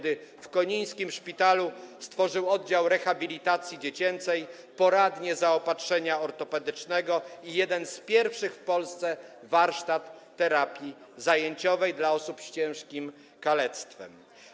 Wtedy w konińskim szpitalu stworzył oddział rehabilitacji dziecięcej, poradnię zaopatrzenia ortopedycznego i jeden z pierwszych w Polsce warsztatów terapii zajęciowej dla osób z ciężkim kalectwem.